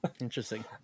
interesting